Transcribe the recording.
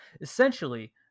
Essentially